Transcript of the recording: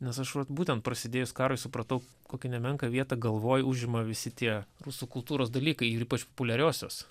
nes aš vat būtent prasidėjus karui supratau kokią nemenką vietą galvoj užima visi tie rusų kultūros dalykai ir ypač populiariosios